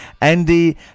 Andy